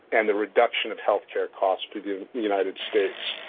and the reduction of health care costs to the united states.